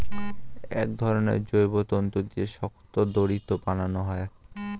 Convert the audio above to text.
এক ধরনের জৈব তন্তু দিয়ে শক্ত দড়ি বানানো হয়